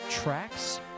Tracks